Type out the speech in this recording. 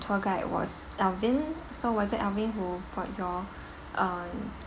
tour guide was alvin so was it alvin who brought you all um